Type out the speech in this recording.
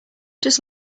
just